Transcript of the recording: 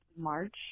March